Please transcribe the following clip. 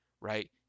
right